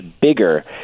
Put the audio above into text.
bigger